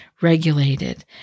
regulated